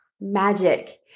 magic